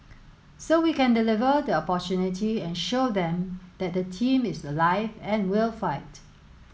so we can deliver the opportunity and show them that the team is alive and will fight